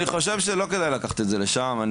אני חושב שלא כדאי לקחת את זה לשם.